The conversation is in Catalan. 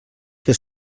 que